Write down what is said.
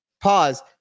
pause